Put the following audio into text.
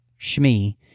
Shmi